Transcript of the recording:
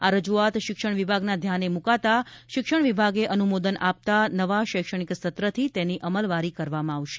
આ રજૂઆત શિક્ષણ વિભાગના ધ્યાને મૂકાતાં શિક્ષણ વિભાગે અનુમોદન આપતા નવા શૈક્ષણિક સત્રથી તેની અમલવારી કરવામાં આવશે